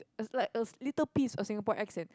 a like a little piece of Singapore accent